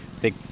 big